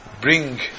bring